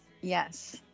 yes